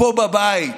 פה בבית.